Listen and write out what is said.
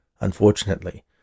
Unfortunately—